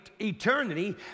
eternity